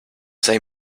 say